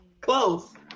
Close